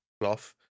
cloth